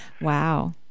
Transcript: Wow